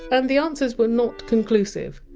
and the answers were not conclusive.